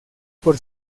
por